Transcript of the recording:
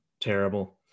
terrible